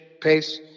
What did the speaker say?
pace